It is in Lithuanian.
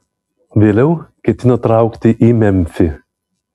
vėliau ketino traukti į memfį